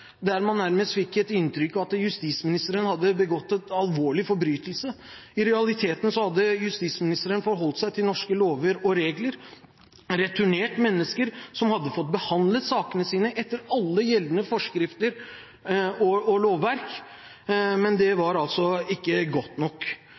der man nærmest fikk et inntrykk av at justisministeren hadde begått en alvorlig forbrytelse. I realiteten hadde justisministeren forholdt seg til norske lover og regler, returnert mennesker som hadde fått behandlet sakene sine etter alle gjeldende forskrifter og lovverk, men det var altså ikke godt nok.